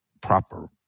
proper